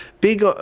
big